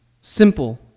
Simple